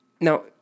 Now